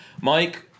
Mike